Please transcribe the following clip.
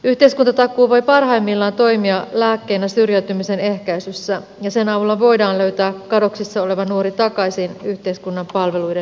yhteiskuntatakuu voi parhaimmillaan toimia lääkkeenä syrjäytymisen ehkäisyssä ja sen avulla voidaan löytää kadoksissa oleva nuori takaisin yhteiskunnan palveluiden piiriin